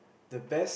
the best